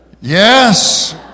Yes